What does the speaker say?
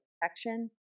protection